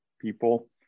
people